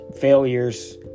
failures